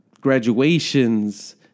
graduations